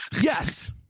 Yes